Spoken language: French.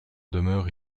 demeure